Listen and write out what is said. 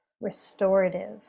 restorative